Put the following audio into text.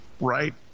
Right